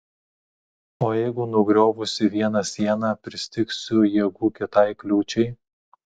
o jeigu nugriovusi vieną sieną pristigsiu jėgų kitai kliūčiai